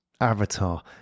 avatar